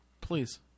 please